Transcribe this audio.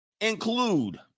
include